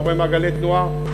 אתה רואה מעגלי תנועה,